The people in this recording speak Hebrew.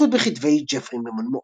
התפתחות בכתבי ג'פרי ממונמות'